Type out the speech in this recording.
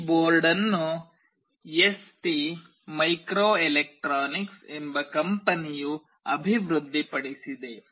ಈ ಬೋರ್ಡ್ಅನ್ನು ST Microelectronics ಎಂಬ ಕಂಪನಿಯು ಅಭಿವೃದ್ಧಿಪಡಿಸಿದೆ